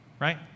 right